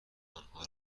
آنها